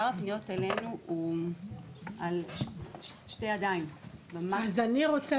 הפניות אלינו על שתי ידיים --- אז אני רק רוצה